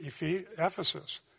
Ephesus